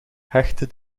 hechtte